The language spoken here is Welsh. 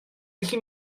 gallu